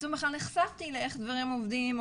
ופתאום בכלל נחשפתי לאיך דברים עובדים,